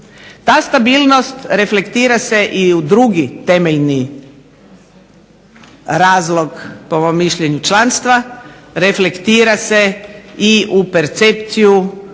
Ta stabilnost reflektira se i u drugi temeljni razlog po mom mišljenju članstva, reflektira se i u percepciju